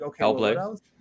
okay